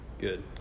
Good